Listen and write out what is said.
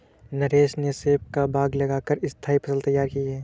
नरेश ने सेब का बाग लगा कर स्थाई फसल तैयार की है